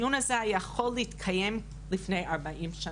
הדיון הזה היה יכול להתקיים לפני 40 שנים.